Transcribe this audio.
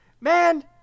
man